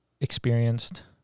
experienced